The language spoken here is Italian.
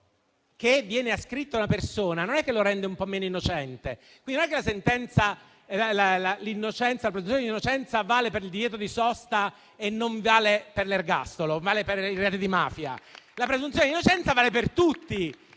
del reato ascritto a una persona non è che lo renda un po' meno innocente, e quindi non è che la presunzione d'innocenza vale per il divieto di sosta e non vale per i reati di mafia. La presunzione di innocenza vale per tutti